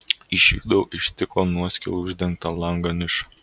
išvydau iš stiklo nuoskilų uždengtą lango nišą